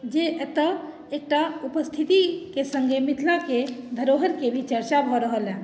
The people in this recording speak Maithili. जे एतऽ एकटा उपस्थितिके सङ्गे मिथिलाके धरोहरिके भी चर्चा भऽ रहल हँ